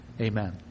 Amen